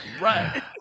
Right